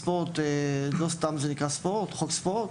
ולא סתם זה נקרא "חוק הספורט":